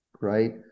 right